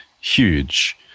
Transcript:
Huge